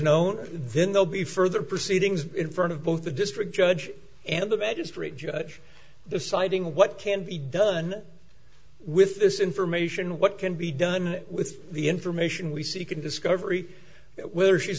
known then they'll be further proceedings in front of both the district judge and the bad straight judge deciding what can be done with this information what can be done with the information we seek and discovery we're she's